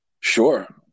Sure